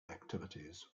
activities